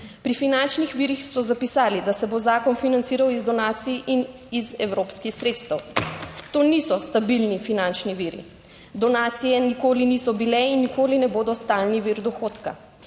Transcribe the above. Pri finančnih virih so zapisali, da se bo zakon financiral iz donacij in iz evropskih sredstev. To niso stabilni finančni viri. Donacije nikoli niso bile in nikoli ne bodo stalni vir dohodka,